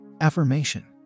Affirmation